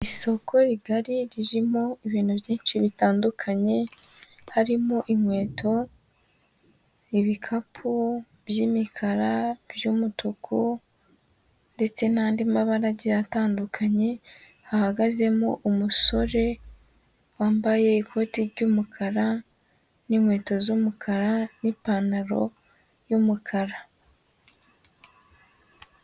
isoko rigari ririmo ibintu byinshi bitandukanye harimo inkweto ibikapu by'imikara, by'umutuku ndetse n'andi mabara agiye atandukanye hahagazemo umusore wambaye ikoti ry'umukara n'inkweto z'umukara n'ipantaro y'umukara.